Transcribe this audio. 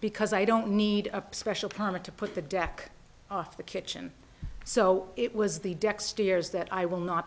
because i don't need a special permit to put the deck off the kitchen so it was the deck stairs that i will not